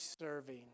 serving